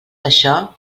això